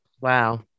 Wow